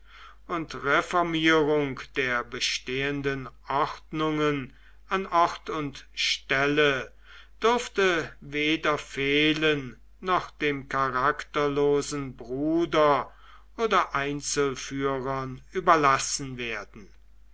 und reformierung der bestehenden ordnungen an ort und stelle durfte weder fehlen noch dem charakterlosen bruder oder einzelführern überlassen werden